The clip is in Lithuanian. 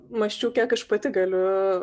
mąsčiau kiek aš pati galiu